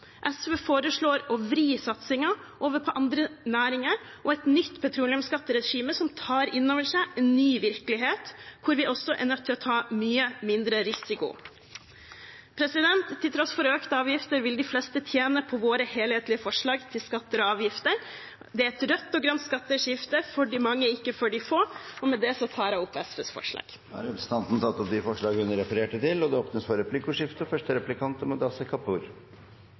SV foreslår å vri satsingen over på andre næringer og et nytt petroleumsskatteregime som tar inn over seg en ny virkelighet hvor vi også er nødt til å ta mye mindre risiko. Til tross for økte avgifter vil de fleste tjene på våre helhetlige forslag til skatter og avgifter. Det er et rødt og grønt skatteskifte for de mange, ikke for de få. Med det tar jeg opp de forslagene SV har alene eller sammen med andre. Representanten Kari Elisabeth Kaski har tatt opp de forslagene hun refererte til. Det blir replikkordskifte. Representanten Kaski var innom boligpolitikk og boligskatt i sitt innlegg, og